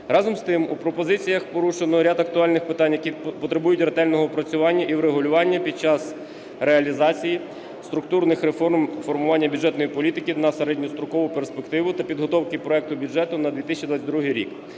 Разом з тим, у пропозиціях порушено ряд актуальних питань, які потребують ретельного опрацювання і врегулювання під час реалізації структурних реформ формування бюджетної політики на середньострокову перспективу та підготовки проекту бюджету на 2022 рік.